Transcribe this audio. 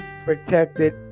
protected